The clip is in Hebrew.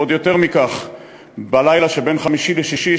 ועוד יותר מכך בלילה שבין חמישי לשישי,